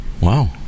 Wow